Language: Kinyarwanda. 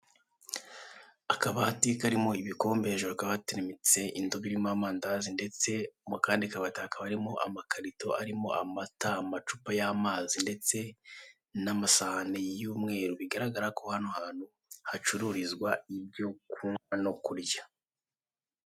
Akabati karimo ibikombe, hejuru hakaba hateretse indobo irimo amandazi, ndetse mu kandi kabati hakaba harimo amakarito arimo amata, amacupa y'amazi n'amasahani y'umweru. Bigaragara ko hano hantu hacururizwa ibyo kunywa no kurya.